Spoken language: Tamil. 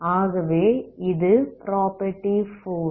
ஆகவே இது ப்ராப்பர்ட்டி 4